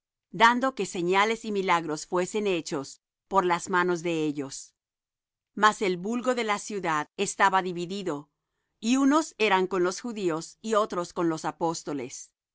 dando que señales y milagros fuesen hechos por las manos de ellos mas el vulgo de la ciudad estaba dividido y unos eran con los judíos y otros con los apóstoles